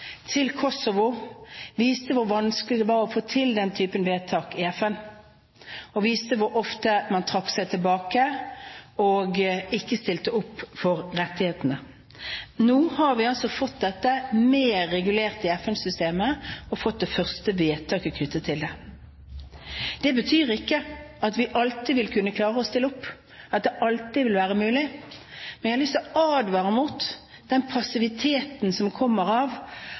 viste hvor ofte man trakk seg tilbake og ikke stilte opp for rettighetene. Nå har vi fått dette mer regulert i FN-systemet, og fått det første vedtaket knyttet til det. Det betyr ikke at vi alltid vil kunne klare å stille opp, at det alltid vil være mulig. Men jeg har lyst til å advare mot den passiviteten som kommer av